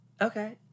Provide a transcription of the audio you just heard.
Okay